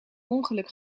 ongeluk